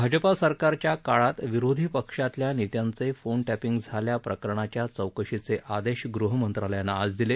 भाजपा सरकारच्या काळात विरोधी पक्षातल्या नेत्यांचे फोन टॅपिंग झाल्याप्रकरणाच्या चौकशीचे आदेश गृहमंत्रालयानं आज दिले